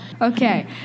Okay